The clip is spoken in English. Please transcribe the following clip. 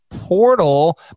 portal